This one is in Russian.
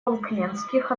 фолклендских